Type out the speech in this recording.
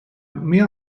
mehr